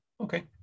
Okay